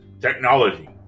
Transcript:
technology